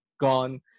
gone